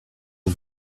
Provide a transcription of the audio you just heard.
was